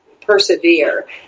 persevere